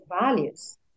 values